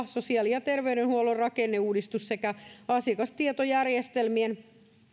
sosiaali ja terveydenhuollon rakenneuudistus sekä asiakastietojärjestelmien